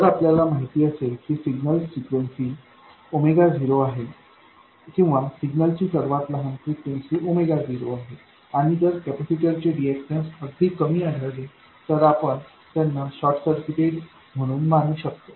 जर आपल्याला माहित असेल की सिग्नल ची फ्रिक्वेन्सी 0आहे किंवा सिग्नल ची सर्वात लहान फ्रिक्वेन्सी 0आहे आणि जर कॅपेसिटरचे रीऐक्टन्स अगदीच कमी आढळले तर आपण त्यांना शॉर्ट सर्किट्स म्हणून मानू शकतो